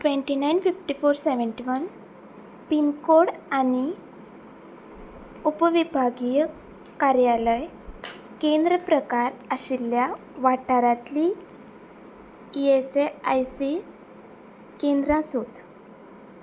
twenty nine fifty four seventy one pincode आनी उपविभागीय कार्यालय केंद्र प्रकार आशिल्ल्या वाठारांतली E S S I C केंद्रां सोद